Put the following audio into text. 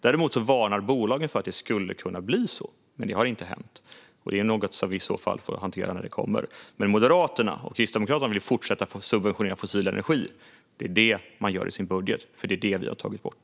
Däremot varnar bolagen för att det skulle kunna bli så, men det har inte hänt. Det är något som vi i så fall får hantera när det kommer. Men Moderaterna och Kristdemokraterna vill fortsätta att subventionera fossil energi i sin budget. Det är detta vi har tagit bort.